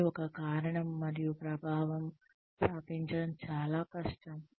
మరియు ఒక కారణం మరియు ప్రభావం స్థాపించడం చాలా కష్టం